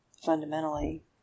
fundamentally